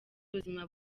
ubuzima